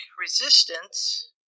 resistance